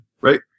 right